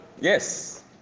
Yes